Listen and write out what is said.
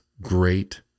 great